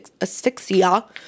asphyxia